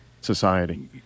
Society